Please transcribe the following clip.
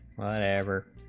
ever